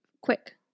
quick